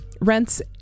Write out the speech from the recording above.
rents